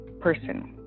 person